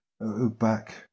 back